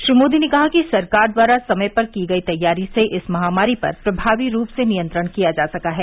श्री मोदी ने कहा कि सरकार द्वारा समय पर की गई तैयारी से इस महामारी पर प्रभावी रूप से नियंत्रण किया जा सका है